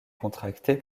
contractée